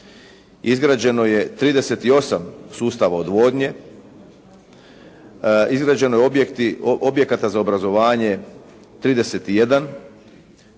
izgrađe no je 38 sustava odvodnje, izgrađeno je objekata za obrazovanje 31,